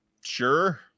Sure